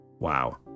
Wow